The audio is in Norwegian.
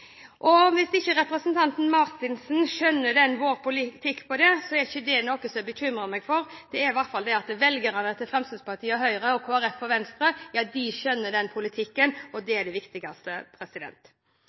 Og hvis ikke representanten Marthinsen skjønner vår politikk på det området, er ikke det noe jeg bekymrer meg for, for velgerne til Fremskrittspartiet, Høyre, Kristelig Folkeparti og Venstre skjønner den politikken, og